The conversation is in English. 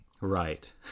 Right